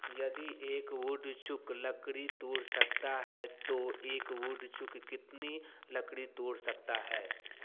यदि एक वुडचुक लकड़ी तोड़ सकता है तो एक वुडचुक कितनी लकड़ी तोड़ सकता है